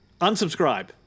unsubscribe